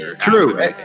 true